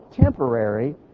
temporary